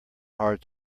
hard